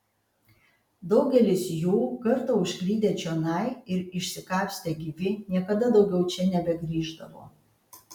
daugelis jų kartą užklydę čionai ir išsikapstę gyvi niekada daugiau čia nebegrįždavo